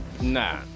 Nah